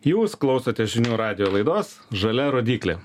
jūs klausote žinių radijo laidos žalia rodyklė